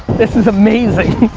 this is amazing.